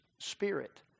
Spirit